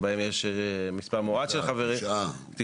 בהם יש מספר מועט של חברים; תשעה,